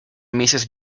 mrs